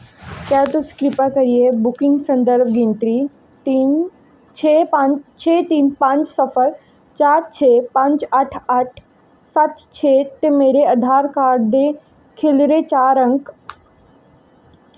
क्या तुस कृपा करियै बुकिंग संदर्भ गिनतरी तिन्न छे पंज छे तिन्न पंज सिफर चार चे पंज अट्ठ अट्ठ सत्त छे ते मेरे आधार कार्ड दे खीरले चार अंक